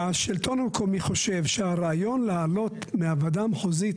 השלטון המקומי חושב שהרעיון לעלות מהוועדה המחוזית